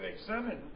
examine